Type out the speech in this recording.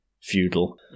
feudal